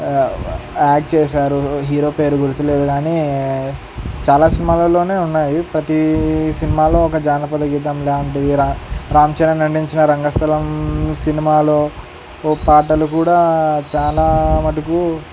act చేశారు hero పేరు గుర్తులేదు కానీ చాలా సినిమాలలో ఉన్నాయి ప్రతి సినిమాలో ఒక జానపద గీతం లాంటిది రా రామ్ చరణ్ నటించిన రంగస్థలం సినిమాలో పాటలు కూడా చాలా మటుకు